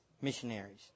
missionaries